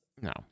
No